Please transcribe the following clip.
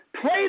Play